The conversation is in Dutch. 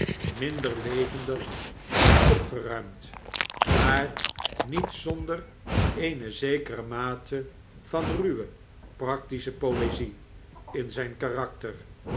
minder levendig en opgeruimd maar niet zonder eene zekere mate van ruwe practische poezie in zp karakter